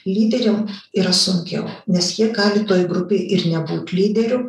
lyderian yra sunkiau nes jie gali toj grupėj ir nebūt lyderiu